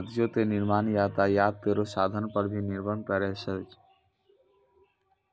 कागजो क निर्माण यातायात केरो साधन पर भी निर्भर करै छै